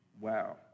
Wow